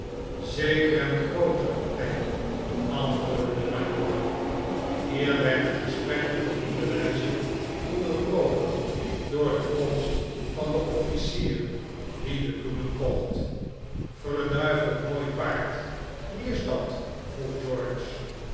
zeker en grooter peggy antwoordde de majoor hier werd het gesprek op genoemde wijze onderbroken door de komst van den officier die de bloemen kocht verduiveld mooi paard wie is dat vroeg